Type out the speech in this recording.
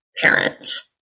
parents